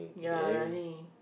ya running